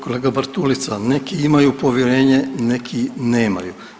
Kolega Bartulica, neki imaju povjerenje, neki nemaju.